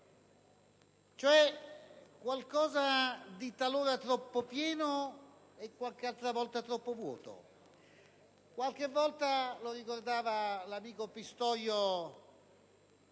come qualcosa di talora troppo pieno e qualche altra volta troppo vuoto; qualche volta, come ricordava l'amico Pistorio,